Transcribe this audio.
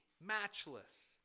Matchless